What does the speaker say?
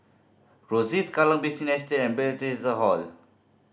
Rosyth Kallang Basin Estate and Hall